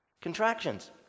Contractions